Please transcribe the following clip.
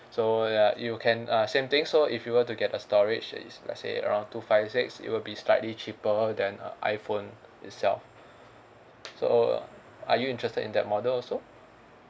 so ya you can uh same thing so if you were to get a storage is let's say around two five six it will be slightly cheaper than a iphone itself so are you interested in that model also